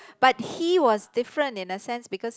but he was different in a sense because